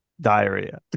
diarrhea